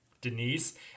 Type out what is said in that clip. Denise